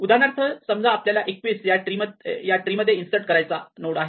उदाहरणार्थ समजा आपल्याला 21 या ट्री मध्ये इन्सर्ट करायचा आहे